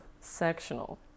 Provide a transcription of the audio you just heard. sectional